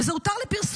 וזה הותר לפרסום,